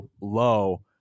low